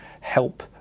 help